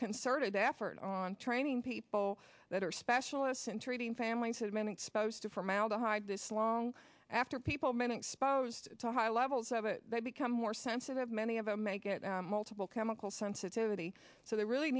concerted effort on training people that are specialists in treating families who have been exposed to formaldehyde this long after people men exposed to high levels of it become more sensitive many of them may get multiple chemical sensitivity so there really